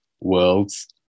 worlds